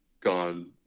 gone